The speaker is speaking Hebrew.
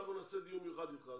אנחנו נעשה דיון מיוחד איתך.